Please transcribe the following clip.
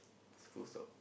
full stop